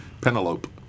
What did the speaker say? Penelope